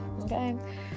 okay